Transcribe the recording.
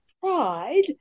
pride